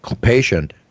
patient